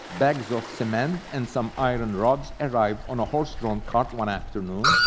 bags of cement and some iron rods arrived on a horse drawn cart one afternoon,